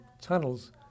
tunnels